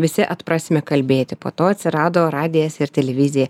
visi atprasime kalbėti po to atsirado radijas ir televizija